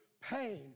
pain